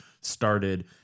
started